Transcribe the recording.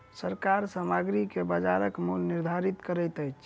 सरकार सामग्री के बजारक मूल्य निर्धारित करैत अछि